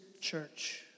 church